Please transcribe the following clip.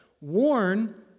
warn